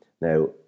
now